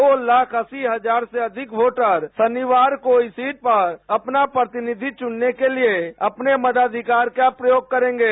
दो लाख अस्सी हजार से अधिक वोटर शनिवार को इस सीट पर अपना प्रतिनिधि चुनने के लिए अपने मताधिकार का प्रयोग करेंगे